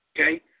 Okay